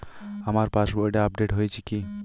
আমার পাশবইটা আপডেট হয়েছে কি?